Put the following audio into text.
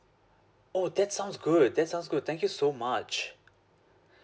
oh that sounds good that sounds good thank you so much